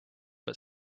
but